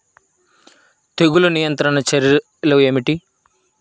తెగులు నియంత్రణ చర్యలు ఏమిటి?